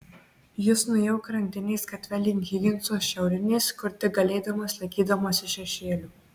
jis nuėjo krantinės gatve link higinso šiaurinės kur tik galėdamas laikydamasis šešėlio